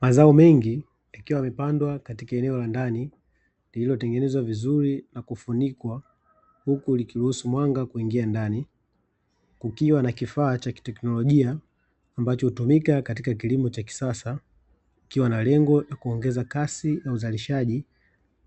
Mazao mengi yakiwa yamepandwa katika eneo la ndani lililotengenezwa vizuri na kufunikwa, huku likiruhusu mwanga kuingia ndani, kukiwa na kifaa cha kiteknolojia ambacho hutumika katika kilimo cha kisasa, kikiwa na lengo la kuongeza kasi ya uzalishaji